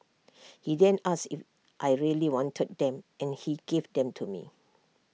he then asked if I really wanted them and he gave them to me